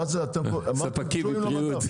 מה אתם קשורים למדף?